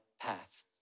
path